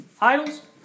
idols